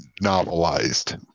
novelized